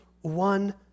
one